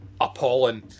appalling